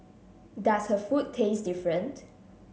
does her food taste different